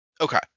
okay